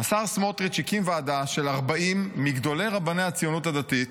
השר סמוטריץ' הקים ועדה של 40 מגדולי רבני הציונות הדתית